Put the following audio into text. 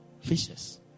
fishes